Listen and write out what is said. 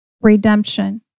redemption